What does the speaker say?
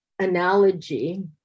analogy